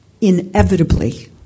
inevitably